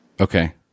Okay